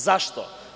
Zašto?